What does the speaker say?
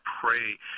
pray